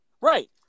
Right